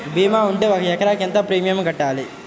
భీమా ఉంటే ఒక ఎకరాకు ఎంత ప్రీమియం కట్టాలి?